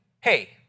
hey